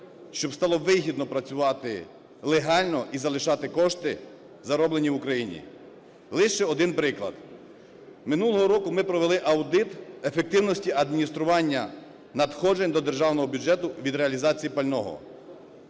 щоб стало вигідно працювати легально і залишати кошти, зароблені в Україні. Лише один приклад. Минулого року ми провели аудит ефективності адміністрування надходжень до державного бюджету від реалізації пального.